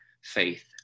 faith